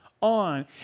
on